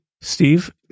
Steve